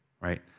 right